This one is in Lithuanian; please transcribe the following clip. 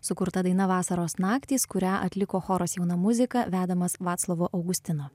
sukurta daina vasaros naktys kurią atliko choras jauna muzika vedamas vaclovo augustino